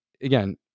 again